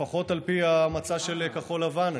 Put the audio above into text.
לפחות על פי המצע של כחול לבן,